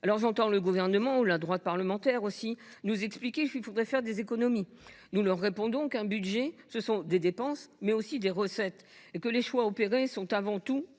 J’entends le Gouvernement, comme la droite parlementaire, nous expliquer qu’il faudrait faire des économies… Nous leur répondons qu’un budget, ce sont des dépenses, mais aussi des recettes, et que les choix opérés aujourd’hui sont avant tout